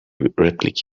replicate